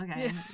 okay